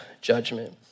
judgment